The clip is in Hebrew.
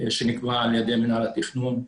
שנקבעה על ידי מינהל התכנון.